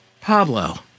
Pablo